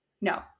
No